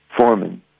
Foreman